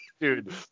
Dude